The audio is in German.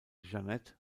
jeanette